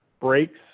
breaks